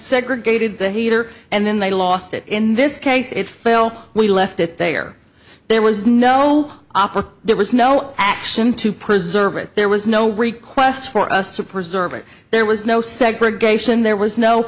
segregated the heater and then they lost it in this case it fell we left it there there was no opera there was no action to preserve it there was no request for us to preserve it there was no segregation there was no